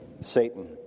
Satan